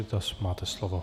Prosím, máte slovo.